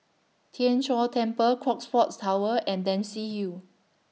Tien Chor Temple Crockfords Tower and Dempsey Hill